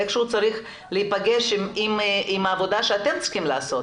איכשהו צריך להיפגש עם העבודה שאתם צריכים לעשות.